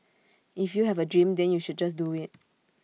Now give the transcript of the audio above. if you have A dream then you should just do IT